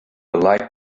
like